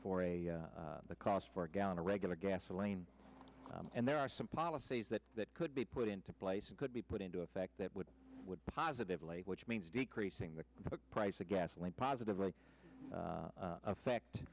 for the cost for a gallon of regular gasoline and there are some sees that that could be put into place and could be put into effect that would would positively which means decreasing the price of gasoline positively affect